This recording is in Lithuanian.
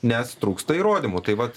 nes trūksta įrodymų tai vat